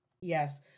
yes